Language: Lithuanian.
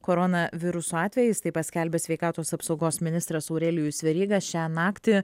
koronavirusu atvejis tai paskelbė sveikatos apsaugos ministras aurelijus veryga šią naktį